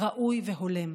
ראוי והולם.